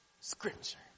scripture